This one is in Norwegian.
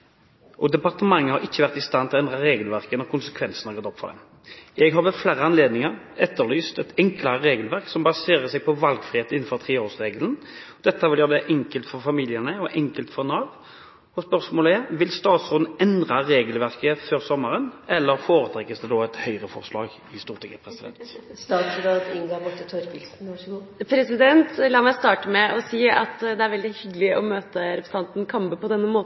og departementet har ikke vært i stand til å endre regelverket når konsekvensene har gått opp for dem. Jeg har flere ganger etterlyst et enklere regelverk som baserer seg på valgfrihet innen 3-årsregelen. Dette vil gjøre det enkelt for familiene og enkelt for Nav. Vil statsråden endre regelverket før sommeren, eller foretrekkes det Høyre-forslag i Stortinget?» La meg starte med å si at det er veldig hyggelig å møte representanten Kambe på denne måten.